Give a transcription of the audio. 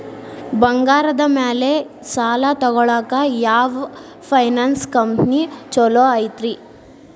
ಬಂಗಾರದ ಮ್ಯಾಲೆ ಸಾಲ ತಗೊಳಾಕ ಯಾವ್ ಫೈನಾನ್ಸ್ ಕಂಪನಿ ಛೊಲೊ ಐತ್ರಿ?